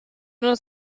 nur